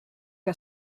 que